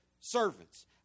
servants